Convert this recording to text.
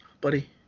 buddy